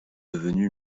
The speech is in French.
devenue